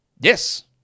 Yes